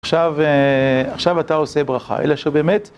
עכשיו אה... עכשיו אתה עושה ברכה. אלא שבאמת...